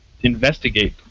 investigate